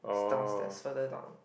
downstairs further down